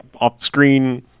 off-screen